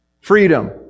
Freedom